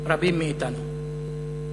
רבים מאתנו.